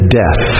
death